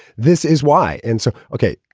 this is why. and so ok.